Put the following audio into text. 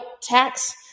tax